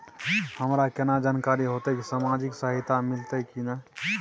हमरा केना जानकारी होते की सामाजिक सहायता मिलते की नय?